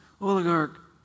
oligarch